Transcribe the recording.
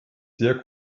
sehr